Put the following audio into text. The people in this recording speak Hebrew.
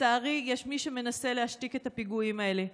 לצערי יש מי שמנסה להשתיק את הפיגועים האלה.